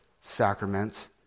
sacraments